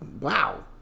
wow